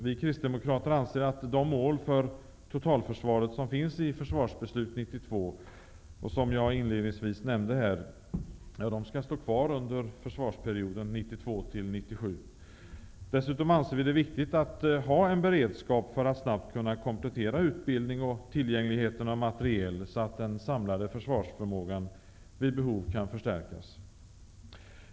Vi kristdemokrater anser att de mål för totalförsvaret som finns i Försvarsbeslut 92, och som jag inledningsvis nämnde, skall stå kvar under försvarsperioden 1992-1997. Dessutom anser vi att det är viktigt att ha en beredskap för att snabbt kunna komplettera utbildning och tillgänglighet till materiel så att den samlade försvarsförmågan vid behov kan förstärkas.